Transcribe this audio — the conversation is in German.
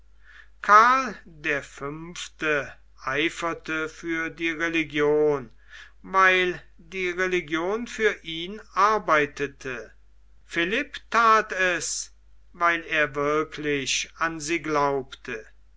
karl der fünfte eiferte für die religion weil die religion für ihn arbeitete philipp that es weil er wirklich an sie glaubte